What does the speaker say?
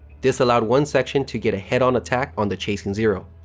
this allowed one section to get a head-on attack on the chasing zero.